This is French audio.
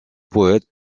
poète